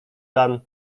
dan